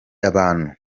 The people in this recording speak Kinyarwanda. abantu